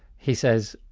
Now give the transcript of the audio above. he says,